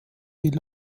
die